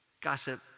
Gossip